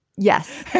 yes.